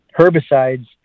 herbicides